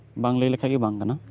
ᱵᱟᱝᱞᱟᱹᱭ ᱞᱮᱠᱷᱟᱱᱜᱮ ᱵᱟᱝ ᱠᱟᱱᱟ